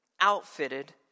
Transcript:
outfitted